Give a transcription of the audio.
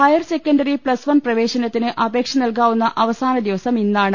higher secondary plus one പ്രവേശനത്തിന് അപേക്ഷ നൽകാവുന്ന അവസാനദിവസം ഇന്നാണ്